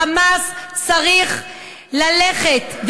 ה"חמאס" צריך ללכת,